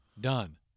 Done